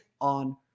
on